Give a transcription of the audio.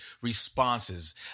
responses